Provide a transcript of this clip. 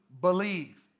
believe